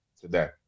today